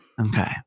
Okay